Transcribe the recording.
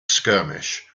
skirmish